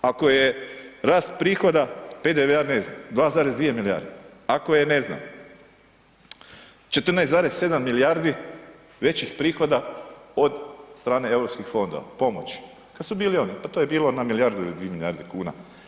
Ako je rast prihoda PDV-a ne znam 2,2 milijarde, ako je ne znam 14,7 milijardi većih prihoda od strane europskih fondova pomoći, kada su bili oni pa to je bilo na milijardu ili dvije milijarde kuna.